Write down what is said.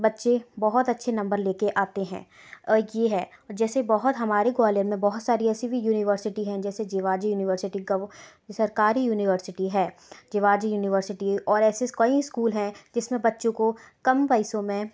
बच्चे बहुत अच्छे नंबर लेकर आते हैं अ ये है जैसे बहुत हमारे ग्वालियर में बहुत सारी ऐसी भी यूनिवर्सिटी हैं जैसे जिवाजी यूनिवर्सिटी कव सरकारी यूनिवर्सिटी है जिवाजी यूनिवर्सिटी और ऐसे कई स्कूल हैं जिसमें बच्चो को कम पैसों में